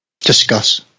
Discuss